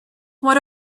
what